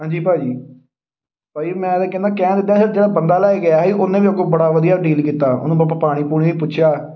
ਹਾਂਜੀ ਭਾਅ ਜੀ ਭਾਅ ਜੀ ਮੈਂ ਤਾਂ ਕਹਿੰਦਾ ਕਹਿ ਦਿੱਤਾ ਸੀ ਜਿਹੜਾ ਬੰਦਾ ਲੈ ਕੇ ਗਿਆ ਸੀ ਉਹਨੇ ਵੀ ਅੱਗੋਂ ਬੜਾ ਵਧੀਆ ਡੀਲ ਕੀਤਾ ਉਹਨੂੰ ਵ ਆਪਾਂ ਪਾਣੀ ਪੂਣੀ ਵੀ ਪੁੱਛਿਆ